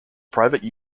private